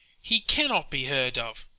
he cannot be heard of.